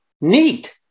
neat